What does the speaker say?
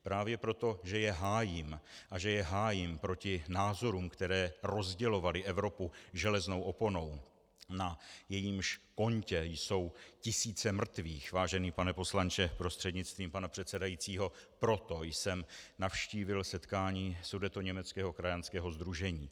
Právě proto, že je hájím, a že je hájím proti názorům, které rozdělovaly Evropu železnou oponou, na jejímž kontě jsou tisíce mrtvých, vážený pane poslanče prostřednictvím pana předsedajícího, proto jsem navštívil setkání Sudetoněmeckého krajanského sdružení.